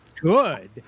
good